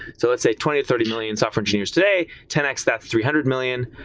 so let's say twenty, thirty million software engineers today, ten x that three hundred million.